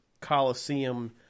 Coliseum –